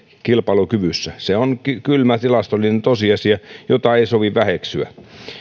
kilpailukyvyssä se on kylmä tilastollinen tosiasia jota ei sovi väheksyä